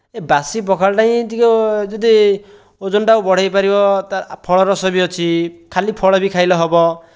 ଏ ବାସି ପଖାଳଟା ହିଁ ଟିକିଏ ଯଦି ଓଜନାଟାକୁ ବଢ଼ାଇପାରିବ ଫଳରସ ବି ଅଛି ଖାଲି ଫଳ ବି ଖାଇଲେ ହେବ